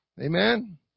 Amen